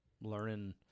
learning